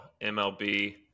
MLB